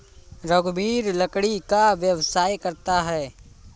रघुवीर लकड़ी का व्यवसाय करता है